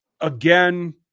again